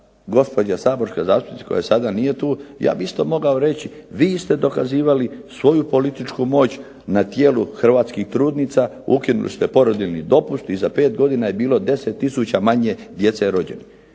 gospođa saborska zastupnica koja sada nije tu, ja bih isto mogao reći vi ste dokazivali svoju političku moć na tijelu hrvatskih trudnica, ukinuli ste porodiljni dopust i za pet godina je bilo 10 tisuća manje djece rođenih.